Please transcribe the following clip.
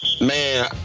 man